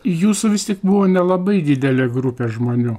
jūsų vis tik buvo nelabai didelė grupė žmonių